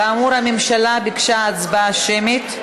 כאמור, הממשלה ביקשה הצבעה שמית.